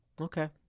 Okay